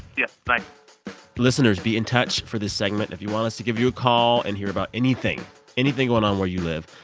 yes, bye listeners, be in touch for this segment. if you want us to give you a call in here about anything anything going on where you live,